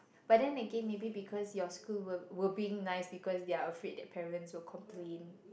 but then again maybe because your school were were being nice because they're afraid that parents will complain